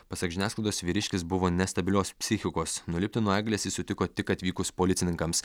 pasak žiniasklaidos vyriškis buvo nestabilios psichikos nulipti nuo eglės jis sutiko tik atvykus policininkams